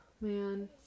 man